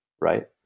right